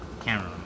camera